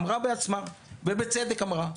אמרה בעצמה ובצדק אמרה.